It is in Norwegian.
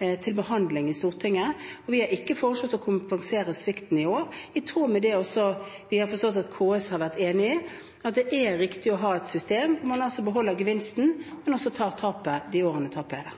til behandling i Stortinget, og vi har ikke foreslått å kompensere svikten i år, i tråd med det vi har forstått at KS har vært enig i, at det er riktig å ha et system hvor man altså beholder gevinsten, men også tar tapet de årene tapet er